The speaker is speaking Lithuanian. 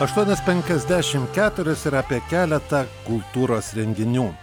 aštuonios penkiasdešimt keturios ir apie keletą kultūros renginių